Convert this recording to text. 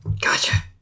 Gotcha